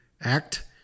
act